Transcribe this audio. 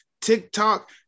TikTok